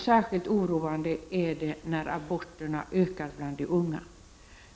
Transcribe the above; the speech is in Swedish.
Särskilt oroande är det när aborterna bland de unga ökar.